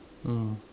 ah